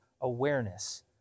awareness